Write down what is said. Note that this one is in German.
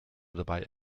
dabei